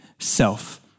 self